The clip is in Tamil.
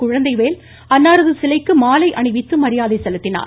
குழந்தைவேல் அன்னாரது சிலைக்கு மாலை அணிவித்து மரியாதை செலுத்தினார்